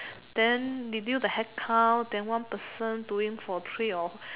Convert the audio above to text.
then they do the headcount then one person doing for three or